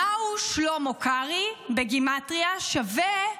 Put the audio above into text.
"מהו שלמה קרעי" בגימטרייה שווה,